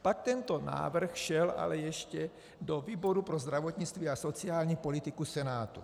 Pak tento návrh šel ale ještě do výboru pro zdravotnictví a sociální politiku Senátu.